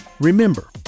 Remember